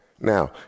Now